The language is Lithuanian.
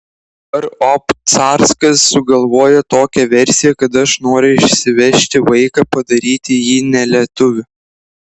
dabar obcarskas sugalvojo tokią versiją kad aš noriu išsivežti vaiką padaryti jį ne lietuviu